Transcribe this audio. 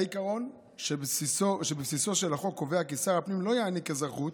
העיקרון שבבסיסו של החוק קובע כי שר הפנים לא יעניק אזרחות